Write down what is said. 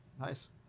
nice